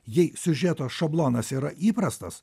jei siužeto šablonas yra įprastas